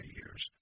years